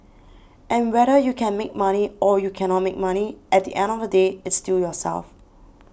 and whether you can make money or you cannot make money at the end of the day it's still yourself